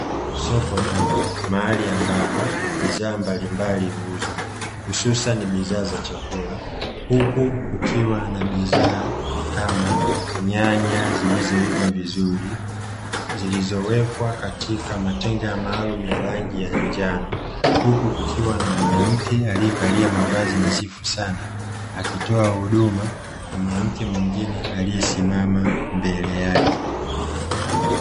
Soko dogo mahali ambapo bidhaa mbalimbali huuzwa hususan bidhaa za chakula. Huku kukiwa na bidhaa kama nyanya zilizoiva vizuri zilizowekwa katika matenga maalumu ya rangi ya njano. Huku kukiwa na mwanamke aliyevalia mavazi nadhifu sana akitoa huduma kwa mwanamke mwingine aliyesimama mbele yake.